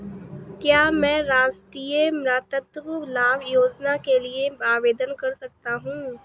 क्या मैं राष्ट्रीय मातृत्व लाभ योजना के लिए आवेदन कर सकता हूँ?